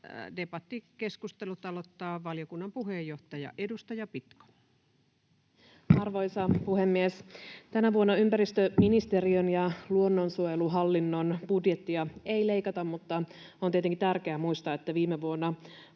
valtion talousarvioksi vuodelle 2025 Time: 18:07 Content: Arvoisa puhemies! Tänä vuonna ympäristöministeriön ja luonnonsuojeluhallinnon budjettia ei leikata, mutta on tietenkin tärkeää muistaa, että viime vuonna